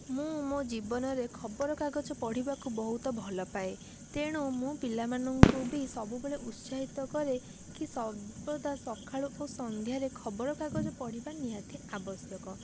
ମୁଁ ମୋ ଜୀବନରେ ଖବରକାଗଜ ପଢ଼ିବାକୁ ବହୁତ ଭଲପାଏ ତେଣୁ ମୁଁ ପିଲାମାନଙ୍କୁ ବି ସବୁବେଳେ ଉତ୍ସାହିତ କରେ କି ସର୍ବଦା ସକାଳୁ ଓ ସନ୍ଧ୍ୟାରେ ଖବରକାଗଜ ପଢ଼ିବା ନିହାତି ଆବଶ୍ୟକ